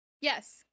yes